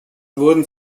wurden